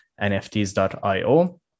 NFTs.io